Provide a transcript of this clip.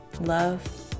love